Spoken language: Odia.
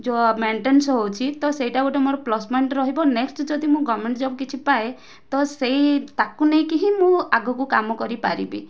ଯେଉଁ ମେଣ୍ଟେନ୍ସ ହେଉଛି ତ ସେଇଟା ଗୋଟିଏ ମୋର ପ୍ଲସ୍ ପଏଣ୍ଟ ରହିବ ନେକ୍ସଟ ଯଦି ମୁଁ ଗଭର୍ଣ୍ଣମେଣ୍ଟ ଜବ କିଛି ପାଏ ତ ସେଇ ତାକୁ ନେଇକି ହିଁ ମୁଁ ଆଗକୁ କାମ କରିପାରିବି